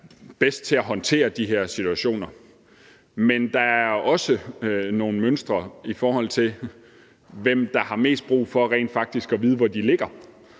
bedst til at håndtere de her situationer. Men der er også nogle mønstre i, hvem der rent faktisk har mest brug for at vide, hvor de ligger.